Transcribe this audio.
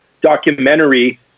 documentary